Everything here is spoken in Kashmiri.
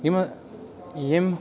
یِمہٕ ییٚمہِ